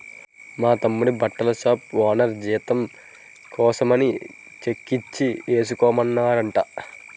మా తమ్ముడి బట్టల షాపు ఓనరు జీతం కోసమని చెక్కిచ్చి ఏసుకోమన్నాడట